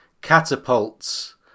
catapults